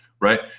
right